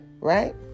Right